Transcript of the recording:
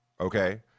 Okay